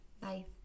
Bye